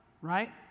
right